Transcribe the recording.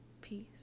peace